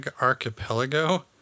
Archipelago